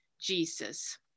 Jesus